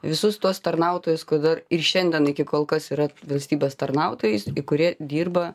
visus tuos tarnautojus kada ir šiandien iki kol kas yra valstybės tarnautojais kurie dirba